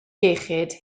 iechyd